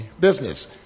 business